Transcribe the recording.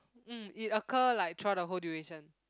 mm it occur like throughout the whole duration